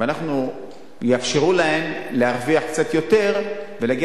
ויאפשרו להן להרוויח קצת יותר ולהגיע